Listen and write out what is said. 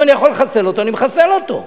אם אני יכול לחסל אותו, אני מחסל אותו.